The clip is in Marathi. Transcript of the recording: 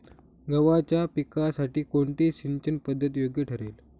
गव्हाच्या पिकासाठी कोणती सिंचन पद्धत योग्य ठरेल?